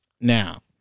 Now